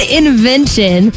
invention